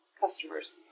customers